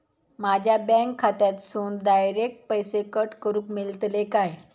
माझ्या बँक खात्यासून डायरेक्ट पैसे कट करूक मेलतले काय?